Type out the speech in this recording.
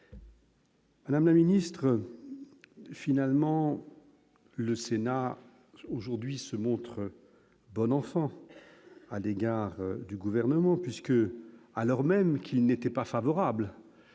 Madame la ministre, finalement, le Sénat aujourd'hui se montre bon enfant à l'égard du gouvernement puisque, alors même qu'il n'était pas favorable au transfert